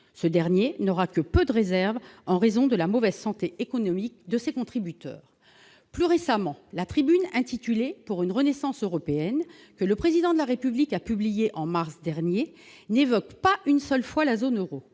ce dernier n'aura que peu de réserve en raison de la mauvaise santé économique de ses contributeurs, plus récemment, la tribune intitulée pour une renaissance européenne que le président de la République a publié en mars dernier, n'évoque pas une seule fois la zone Euro,